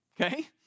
okay